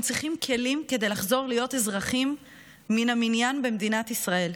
הם צריכים כלים כדי לחזור להיות אזרחים מן המניין במדינת ישראל,